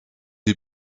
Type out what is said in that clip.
die